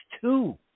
two